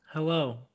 Hello